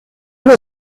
were